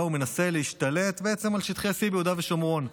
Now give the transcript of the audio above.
הוא מנסה להשתלט בעצם על שטחי C ביהודה ושומרון.